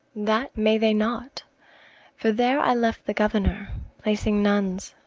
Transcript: that may they not for there i left the governor placing nuns,